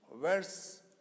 verse